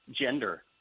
gender